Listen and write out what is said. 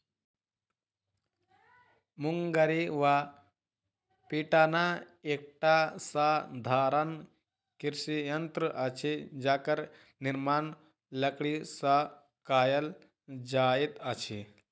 मुंगरी वा पिटना एकटा साधारण कृषि यंत्र अछि जकर निर्माण लकड़ीसँ कयल जाइत अछि